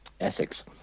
Essex